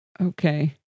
Okay